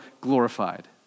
glorified